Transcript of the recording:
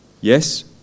Yes